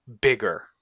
bigger